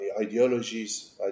ideologies